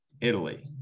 Italy